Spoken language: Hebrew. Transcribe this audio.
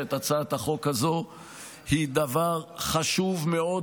את הצעת החוק הזו היא דבר חשוב מאוד,